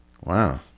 Wow